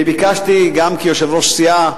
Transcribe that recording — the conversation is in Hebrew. ביקשתי, גם כיושב-ראש סיעה,